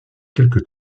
quelque